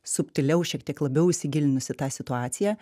subtiliau šiek tiek labiau įsigilinus į tą situaciją